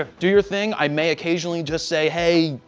ah do your thing. i may occasionally just say, hey,